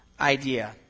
idea